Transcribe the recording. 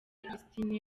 christine